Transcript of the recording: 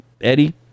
Eddie